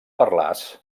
parlars